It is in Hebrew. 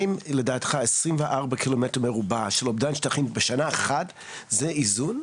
האם לדעתך 24 קילומטר מרובע של אובדן שטחים בשנה אחת זה איזון?